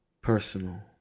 personal